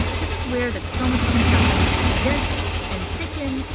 this is where the chromosomes are going to condense and thicken.